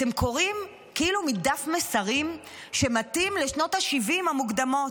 אתם קוראים כאילו מדף מסרים שמתאים לשנות השבעים המוקדמות,